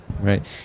Right